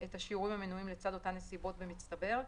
את השיעורים נסיבותהמנויים לצד אותן נסיבות במצטבר,